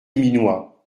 minois